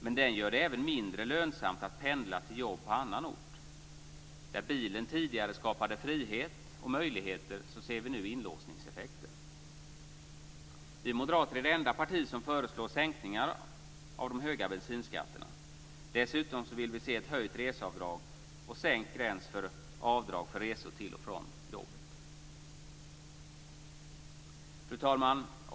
Men den gör det även mindre lönsamt att pendla till jobb på annan ort. Där bilen tidigare skapade frihet och möjligheter ser vi nu inlåsningseffekter. Vi moderater är det enda parti som föreslår sänkningar av de höga bensinskatterna. Dessutom vill vi se ett höjt reseavdrag och sänkt gräns för avdrag för resor till och från jobbet. Fru talman!